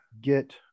get